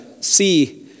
see